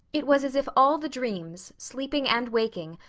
it was as if all the dreams, sleeping and waking,